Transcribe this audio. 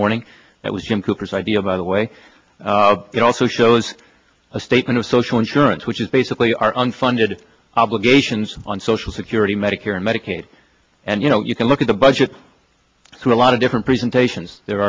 morning that was jim cooper's idea by the way it also shows a statement of social insurance which is basically our unfunded obligations on social security medicare and medicaid and you know you can look at the budget through a lot of different presentations there